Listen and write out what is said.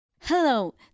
Hello